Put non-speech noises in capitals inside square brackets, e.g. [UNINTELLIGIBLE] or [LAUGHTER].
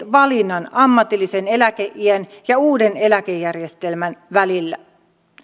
[UNINTELLIGIBLE] valinnan ammatillisen eläkeiän ja uuden eläkejärjestelmän välillä